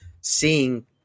seeing